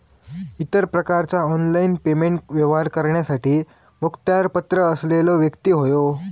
इतर प्रकारचा online payment व्यवहार करण्यासाठी मुखत्यारपत्र असलेलो व्यक्ती होवो